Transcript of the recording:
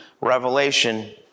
Revelation